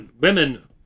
women